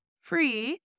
free